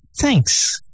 Thanks